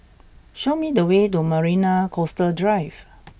show me the way to Marina Coastal Drive